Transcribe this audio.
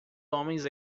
homens